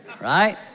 Right